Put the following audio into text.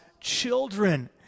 children